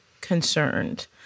concerned